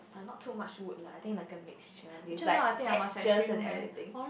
not so much would like I think like a mixture with like texture and everything